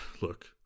Look